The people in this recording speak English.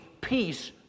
peace